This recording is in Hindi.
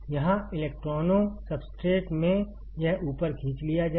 यहाँ इलेक्ट्रॉनों सब्सट्रेट में यह ऊपर खींच लिया जाएगा